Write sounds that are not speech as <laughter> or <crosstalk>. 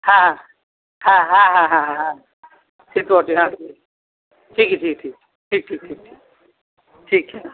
হ্যাঁ হ্যাঁ হ্যাঁ হ্যাঁ হ্যাঁ হ্যাঁ হ্যাঁ <unintelligible> হ্যাঁ ঠিকই ঠিক ঠিক ঠিক ঠিক ঠিক ঠিক